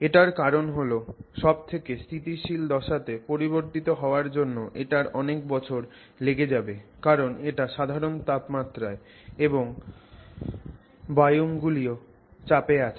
এটার কারণ হল সব থেকে স্থিতিশীল দশাতে পরিবর্তিত হওয়ার জন্য এটার অনেক বছর লেগে যাবে কারণ এটা সাধারণ তাপমাত্রায় এবং বায়ুমণ্ডলীয় চাপে আছে